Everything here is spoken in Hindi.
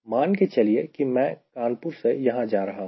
मान के चलिए कि मैं कानपुर से यहां जा रहा हूं